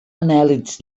anèl·lids